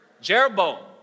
Jeroboam